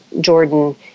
Jordan